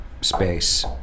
space